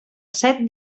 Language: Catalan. set